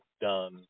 done